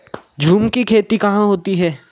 झूम की खेती कहाँ होती है?